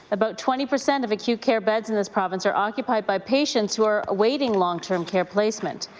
about twenty percent of acute care beds in this province are occupied by patients who are waiting long-term care placement.